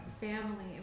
family